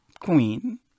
queen